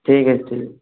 ঠিক আছে